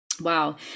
Wow